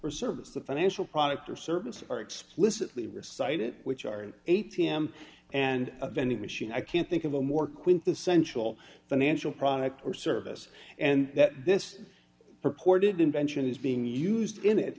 or service the financial product or service are explicitly recited which are an a t m and a vending machine i can't think of a more quintessential financial product or service and that this purported invention is being used in it